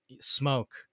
smoke